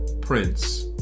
Prince